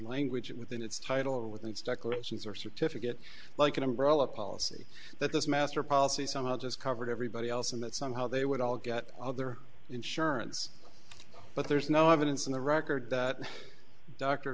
language within its title or with its declarations or certificate like an umbrella policy that this master policy somehow just covered everybody else and that somehow they would all get other insurance but there's no evidence in the record that dr